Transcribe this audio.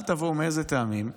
אל תבואו מאיזה טעמים?